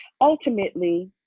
ultimately